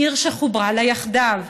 עיר שחוברה לה יחדיו,